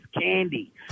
candy